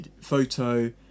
photo